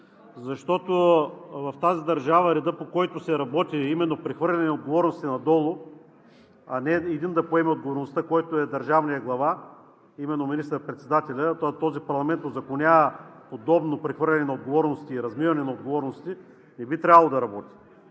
защото в тази държава редът, по който се работи, е именно прехвърляне отговорностите надолу, а не един да поеме отговорността, който е държавният глава, именно министър-председателят. Този парламент узаконява подобно прехвърляне и размиване на отговорности и би трябвало да работи.